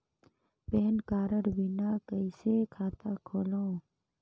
Pan card बिना कइसे खाता खोलव?